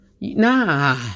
Nah